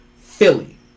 Philly